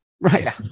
Right